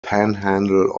panhandle